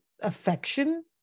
affection